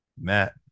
Matt